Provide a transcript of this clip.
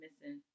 missing